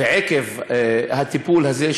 ועקב הטיפול הזה,